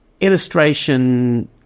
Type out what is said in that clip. illustration